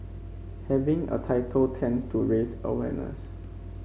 having a title tends to raise awareness